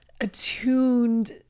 attuned